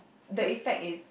the effect is